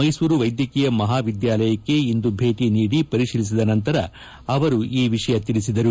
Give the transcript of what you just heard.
ಮೈಸೂರು ವೈದ್ಯಕೀಯ ಮಹಾವಿದ್ದಾಲಯಕ್ಕೆ ಇಂದು ಭೇಟಿ ನೀಡಿ ಪರಿತೀಲಿಸಿದ ನಂತರ ಅವರು ಈ ವಿಷಯ ತಿಳಿಸಿದರು